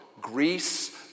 Greece